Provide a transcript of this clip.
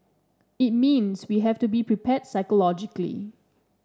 it means we have to be prepared psychologically